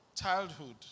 childhood